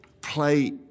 play